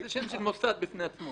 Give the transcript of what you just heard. זה שם של מוסד בפני עצמו.